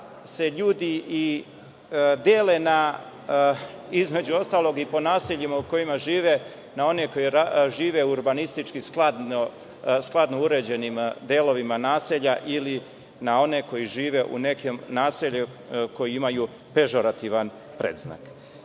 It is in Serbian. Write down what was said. toga se ljudi i dele, između ostalog, po naseljima u kojima žive, na one koji žive u urbanistički skladno uređenim delovima naselja ili na one koji žive u naseljima koja imaju pežorativni